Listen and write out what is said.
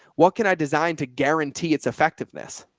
what can i design to guarantee its effectiveness?